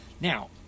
Now